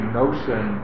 notion